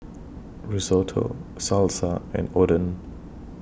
Risotto Salsa and Oden